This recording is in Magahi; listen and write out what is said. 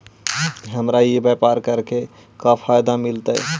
हमरा ई व्यापार करके का फायदा मिलतइ?